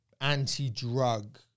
anti-drug